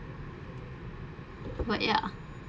but ya